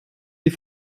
die